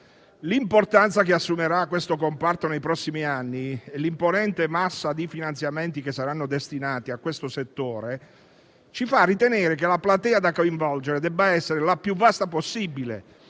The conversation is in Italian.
L'importanza che assumerà questo comparto nei prossimi anni e l'imponente massa di finanziamenti che sarà destinata al settore ci fa ritenere che la platea da coinvolgere debba essere la più vasta possibile